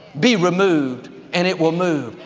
be removed and it will move.